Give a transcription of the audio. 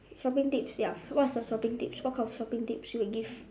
shopping tips ya what's your shopping tips what kind of shopping tips you would give